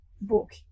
book